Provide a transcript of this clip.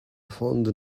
fond